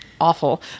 awful